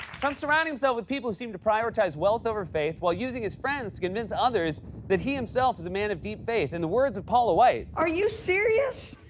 trump's surrounding himself with people who seem to prioritize wealth over faith while using his friends to convince others that he himself is a man of deep faith. in the words of paula white. are you serious?